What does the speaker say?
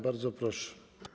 Bardzo proszę.